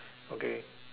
okay